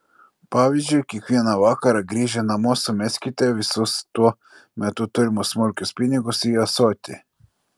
pavyzdžiui kiekvieną vakarą grįžę namo sumeskite visus tuo metu turimus smulkius pinigus į ąsotį